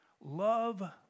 Love